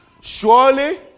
surely